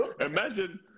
imagine